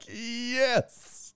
Yes